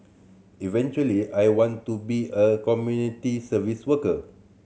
eventually I want to be a community service worker